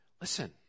listen